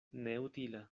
neutila